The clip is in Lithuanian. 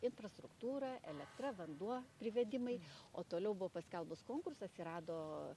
infrastruktūra elektra vanduo privedimai o toliau buvo paskelbus konkursą atsirado